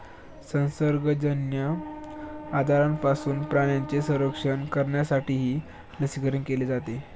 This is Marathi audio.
संसर्गजन्य आजारांपासून प्राण्यांचे संरक्षण करण्यासाठीही लसीकरण केले जाते